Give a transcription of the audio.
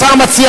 השר מציע